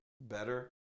better